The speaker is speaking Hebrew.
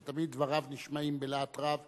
שתמיד דבריו נשמעים בלהט רב